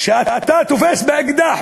כשאתה תופס באקדח,